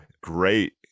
great